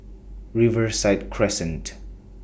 Riverside Crescent